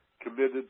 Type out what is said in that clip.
committed